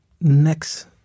next